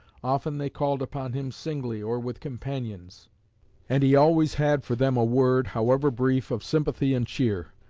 often they called upon him, singly or with companions and he always had for them a word, however brief, of sympathy and cheer.